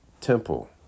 temple